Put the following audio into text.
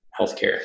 healthcare